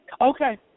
Okay